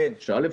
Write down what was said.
א',